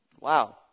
Wow